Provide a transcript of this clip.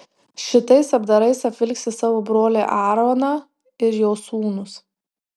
šitais apdarais apvilksi savo brolį aaroną ir jo sūnus